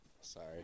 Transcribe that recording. Sorry